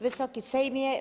Wysoki Sejmie!